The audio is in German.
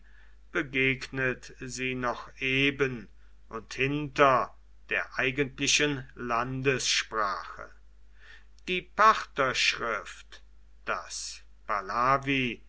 begegnet sie noch eben und hinter der eigentlichen landessprache die partherschrift das